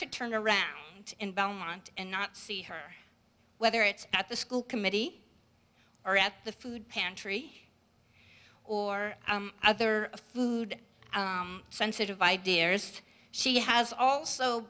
to turn around in belmont and not see her whether it's at the school committee or at the food pantry or other food sensitive ideas she has also